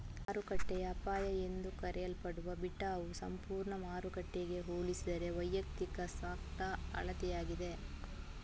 ಮಾರುಕಟ್ಟೆಯ ಅಪಾಯ ಎಂದೂ ಕರೆಯಲ್ಪಡುವ ಬೀಟಾವು ಸಂಪೂರ್ಣ ಮಾರುಕಟ್ಟೆಗೆ ಹೋಲಿಸಿದರೆ ವೈಯಕ್ತಿಕ ಸ್ಟಾಕ್ನ ಅಳತೆಯಾಗಿದೆ